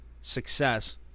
success